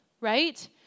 right